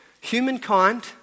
humankind